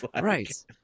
Right